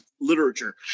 literature